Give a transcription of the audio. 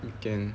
weekend